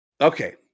okay